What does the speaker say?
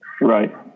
Right